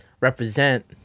represent